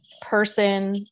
person